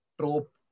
trope